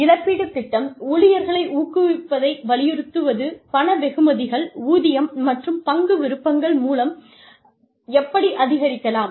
இழப்பீட்டுத் திட்டம் ஊழியர்களை ஊக்குவிப்பதை வலியுறுத்துவது பண வெகுமதிகள் ஊதியம் மற்றும் பங்கு விருப்பங்கள் மூலம் எப்படி அதிகரிக்கலாம்